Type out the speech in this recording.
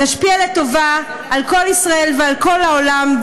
נשפיע לטובה על כל ישראל ועל כל העולם,